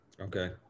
Okay